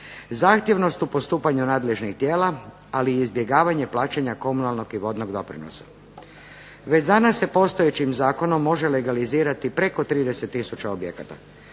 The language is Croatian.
zahtjevnost u postupanju nadležnih tijela, ali i izbjegavanja plaćanja komunalnog i vodnog doprinosa. Već danas se postojećim zakonom može legalizirati preko 30 tisuća objekata.